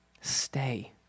Stay